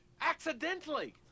accidentally